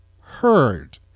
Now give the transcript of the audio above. heard